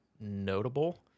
notable